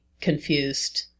confused